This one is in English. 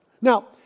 Now